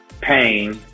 pain